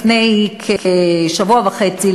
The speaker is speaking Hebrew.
לפני כשבוע וחצי,